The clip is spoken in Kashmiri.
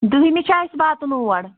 دٔہِمہِ چھِ اَسہِ واتُن اور